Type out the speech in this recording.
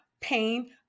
pain